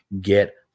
Get